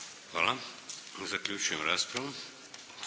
Hvala. Zaključujem raspravu.